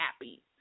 happy